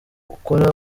ukora